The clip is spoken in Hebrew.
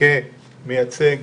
כמייצג